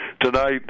Tonight